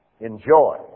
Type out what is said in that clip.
Enjoy